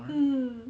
mm